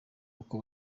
uko